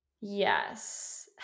Yes